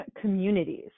communities